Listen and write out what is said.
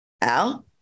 Al